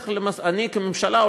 כממשלה,